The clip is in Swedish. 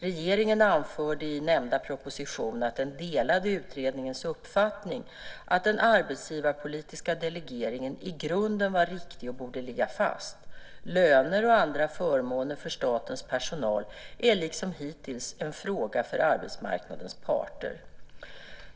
Regeringen anförde i nämnda proposition att den delade utredningens uppfattning att den arbetsgivarpolitiska delegeringen i grunden var riktig och borde ligga fast. Löner och andra förmåner för statens personal är liksom hittills en fråga för arbetsmarknadens parter.